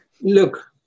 look